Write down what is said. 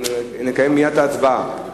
נקיים מייד את ההצבעה.